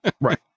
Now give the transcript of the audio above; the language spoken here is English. right